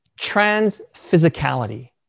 transphysicality